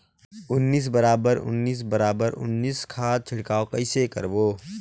उन्नीस बराबर उन्नीस बराबर उन्नीस खाद छिड़काव कइसे करबो?